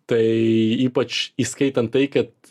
tai ypač įskaitant tai kad